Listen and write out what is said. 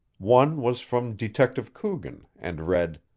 one was from detective coogan, and read